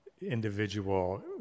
individual